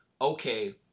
okay